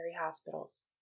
hospitals